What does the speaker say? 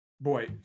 Boy